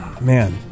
Man